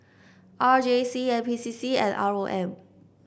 R J C N P C C and R O M